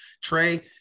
Trey